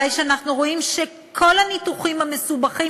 הרי שאנחנו רואים שכל הניתוחים המסובכים